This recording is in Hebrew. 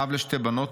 אב לשתי בנות,